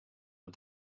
mul